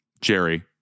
Jerry